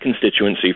constituency